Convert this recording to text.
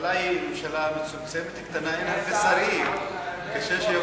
הממשלה היא ממשלה מצומצמת, קטנה, אין הרבה